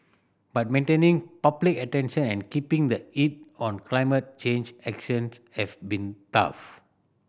but maintaining public attention and keeping the heat on climate change actions have been tough